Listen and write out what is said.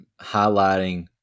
highlighting